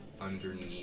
underneath